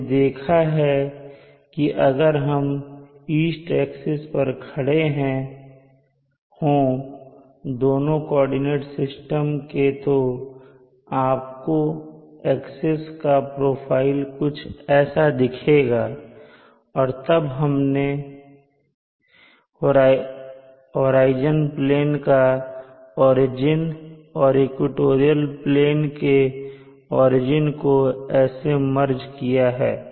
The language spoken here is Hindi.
हमने देखा है कि अगर हम ईस्ट एक्सिस पर खड़े हो दोनों कोऑर्डिनेट सिस्टम के तो आपको एक्सिस का प्रोफाइल कुछ ऐसा दिखेगा और तब हमने होराइजन प्लेन का ओरिजिन और इक्वेटोरियल लेने के ओरिजिन को ऐसे मर्ज किया है